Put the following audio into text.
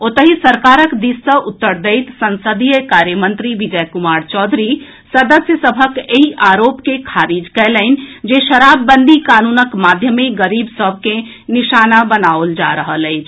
ओतहि सरकारक दिस सॅ उत्तर दैत संसदीय कार्य मंत्री विजय कुमार चौधरी सदस्य सभक एहि आरोप के खारिज कएलनि जे शराबबंदी कानूनक माध्यमे गरीब सभ के निशाना बनाओल जा रहल अछि